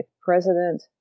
President